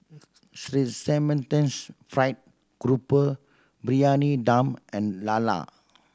fried grouper Briyani Dum and lala